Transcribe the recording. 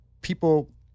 People